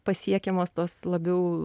pasiekiamos tos labiau